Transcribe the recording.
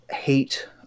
hate